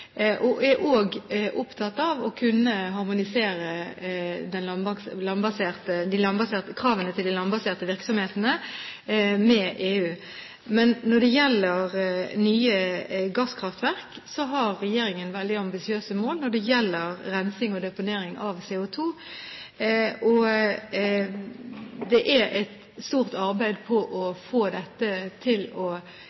og å kunne harmonisere kravene til de landbaserte virksomhetene med EU. Når det gjelder nye gasskraftverk, har regjeringen veldig ambisiøse mål for rensing og deponering av CO2. Det er et stort arbeid å få dette til, både å